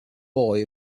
boy